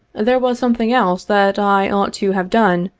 there was something else that i ought to have done,